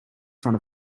front